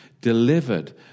delivered